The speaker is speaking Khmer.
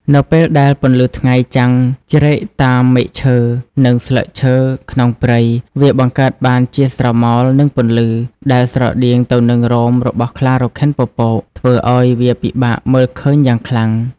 នៅពេលដែលពន្លឺថ្ងៃចាំងជ្រែកតាមមែកឈើ និងស្លឹកឈើក្នុងព្រៃ វាបង្កើតបានជាស្រមោល និងពន្លឺ ដែលស្រដៀងទៅនឹងរោមរបស់ខ្លារខិនពពក ធ្វើឲ្យវាពិបាកមើលឃើញយ៉ាងខ្លាំង។